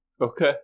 Okay